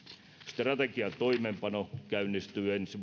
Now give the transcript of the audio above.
strategian toimeenpano käynnistyy ensi